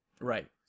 Right